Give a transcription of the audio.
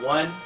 One